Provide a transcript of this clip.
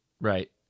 right